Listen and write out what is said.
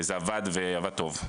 זה עבד ועבד טוב.